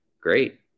great